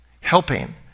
helping